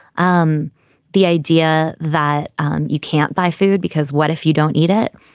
um the idea that you can't buy food because what if you don't eat it?